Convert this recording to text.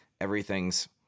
everything's